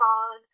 on